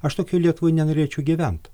aš tokioj lietuvoj nenorėčiau gyvent